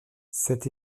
cet